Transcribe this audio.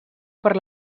per